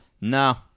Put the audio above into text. no